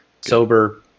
sober